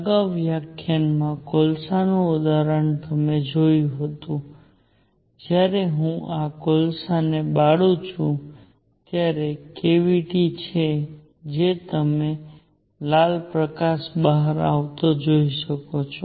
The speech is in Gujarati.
અગાઉના વ્યાખ્યાનમાં કોલસાનું ઉદાહરણ તમે જોયું હતું જ્યારે હું આ કોલસાઓને બાળું છું ત્યારે કેવીટી છે જે તમે લાલ પ્રકાશ બહાર આવતો જોઈ શકો છો